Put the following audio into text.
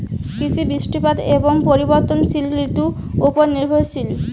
কৃষি বৃষ্টিপাত এবং পরিবর্তনশীল ঋতুর উপর নির্ভরশীল